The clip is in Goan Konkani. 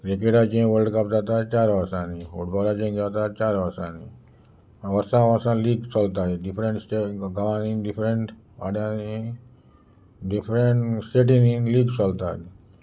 क्रिकेटाचें वल्ड कप जाता चार वर्सांनी फुटबॉलाचें जाता चार वर्सांनी वर्सां वर्सां लीग चलताली डिफरट स्टे गांवांनी डिफ्रट वाड्यानी डिफ्रट स्टेटीनी लीग चलताली